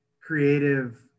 creative